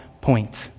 point